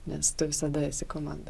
nes tu visada esi komanda